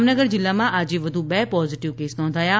જામનગર જીલ્લામાં આજે વધુ બે પોઝીટીવ કેસ નોંધાયા છે